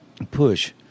push